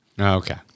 Okay